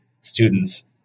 students